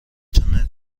تونه